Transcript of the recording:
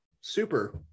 super